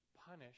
punish